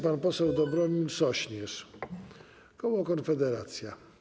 Pan poseł Dobromir Sośnierz, koło Konfederacja.